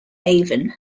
avon